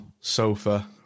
sofa